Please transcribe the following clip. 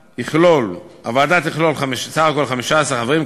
הוועדה תכלול סך הכול 15 חברים,